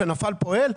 כשנפל פועל,